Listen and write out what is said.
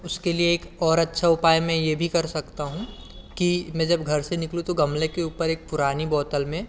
उसके लिए एक और अच्छा उपाय मैं यह भी कर सकता हूँ कि मैं जब घर से निकलूँ तो गमले के ऊपर एक पुरानी बोतल में